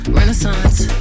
Renaissance